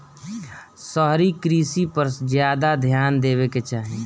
शहरी कृषि पर ज्यादा ध्यान देवे के चाही